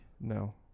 No